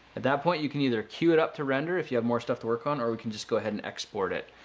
that point you can either cue it up to render if you have more stuff to work on or we can just go ahead and export it.